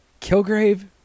Kilgrave